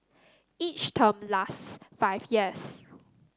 each term lasts five years